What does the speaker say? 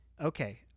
okay